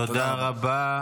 תודה רבה.